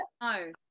no